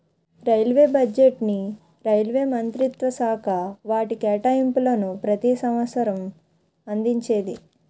railway బడ్జెట్ను railway మంత్రిత్వశాఖ వాటి కేటాయింపులను ప్రతి సంవసరం అందించేది